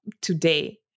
today